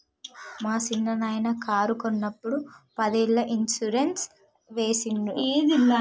మా సిన్ననాయిన కారు కొన్నప్పుడు పదేళ్ళ ఇన్సూరెన్స్ సేసిండు